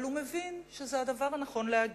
אבל הוא מבין שזה הדבר הנכון להגיד.